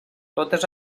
totes